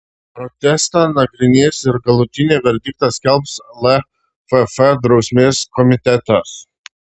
protestą nagrinės ir galutinį verdiktą skelbs lff drausmės komitetas